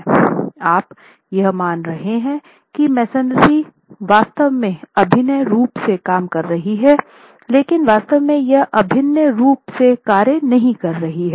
आप यह मान रहे हैं कि मेसनरी वास्तव में अभिन्न रूप से काम कर रही है लेकिन वास्तव में यह अभिन्न रूप से कार्य नहीं कर रही है